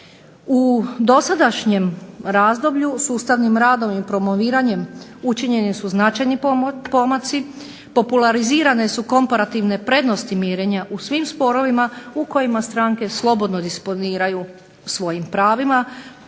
U dosadašnjem razdoblju sustavnim radom i promoviranjem učinjeni su značajni pomaci, popularizirane su komparativne prednosti mirenja u svim sporovima u kojima stranke slobodno disponiraju svojim pravima,